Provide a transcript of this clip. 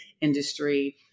industry